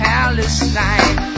Palestine